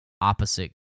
opposite